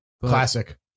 classic